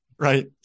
Right